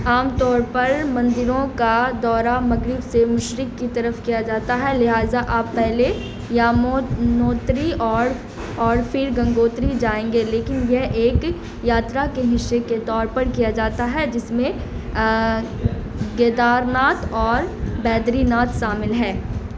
عام طور پر مندروں کا دورہ مغرب سے مشرق کی طرف کیا جاتا ہے لہٰذا آپ پہلے یاموت نوتری اور اور پھر گنگوتری جائیں گے لیکن یہ ایک یاترا کے حصے کے طور پر کیا جاتا ہے جس میں کیدارناتھ اور بدری ناتھ شامل ہے